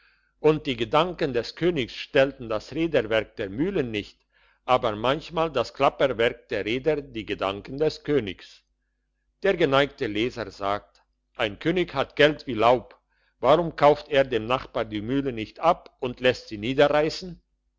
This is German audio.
und die gedanken des königs stellten das räderwerk der mühle nicht aber manchmal das klapperwerk der räder die gedanken des königs der geneigte leser sagt ein könig hat geld wie laub warum kauft er dem nachbar die mühle nicht ab und lässt sie niederreissen